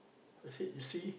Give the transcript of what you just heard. I said see